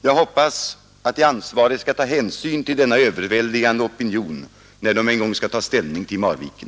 Jag hoppas att de ansvariga skall ta hänsyn till denna överväldigande opinion när de en gång skall ta ställning till Marviken.